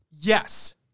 Yes